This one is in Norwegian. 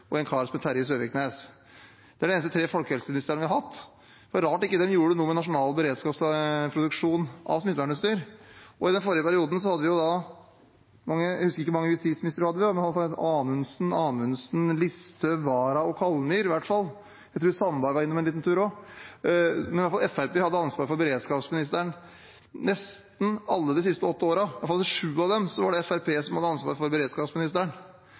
og en kar som het Terje Søviknes. Det er de eneste tre folkehelseministrene vi har hatt. Det er rart at de ikke gjorde noe med nasjonal beredskapsproduksjon av smittevernutstyr. Jeg husker ikke hvor mange justisministre vi hadde i forrige periode, men vi hadde i hvert fall noen som het Amundsen, Anundsen, Listhaug, Wara og Kallmyr. Jeg tror Sandberg var innom en liten tur også. Fremskrittspartiet hadde i hvert fall ansvar for beredskapsministeren. Nesten alle de siste åtte årene, i hvert fall i sju av dem, var det Fremskrittspartiet som hadde ansvaret for beredskapsministeren.